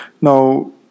Now